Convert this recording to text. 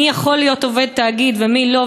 מי יכול להיות עובד תאגיד ומי לא,